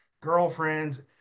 girlfriends